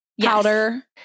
powder